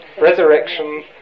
resurrection